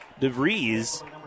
DeVries